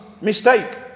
mistake